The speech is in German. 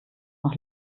noch